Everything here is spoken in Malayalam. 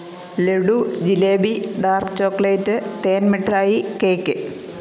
ലഡ്ഡു ജിലേബി ഡാര്ക്ക് ചോക്ക്ലേറ്റ് തേന് മിട്ടായി കേക്ക്